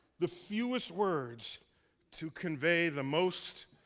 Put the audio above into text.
the fewest words to convey the most,